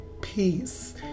peace